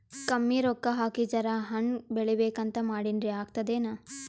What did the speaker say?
ಕಮ್ಮಿ ರೊಕ್ಕ ಹಾಕಿ ಜರಾ ಹಣ್ ಬೆಳಿಬೇಕಂತ ಮಾಡಿನ್ರಿ, ಆಗ್ತದೇನ?